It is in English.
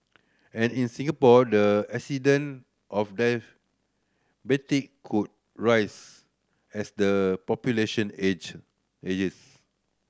and in Singapore the of could rise as the population age ages